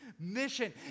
mission